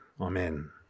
Amen